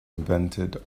invented